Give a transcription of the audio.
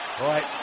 Right